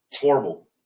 horrible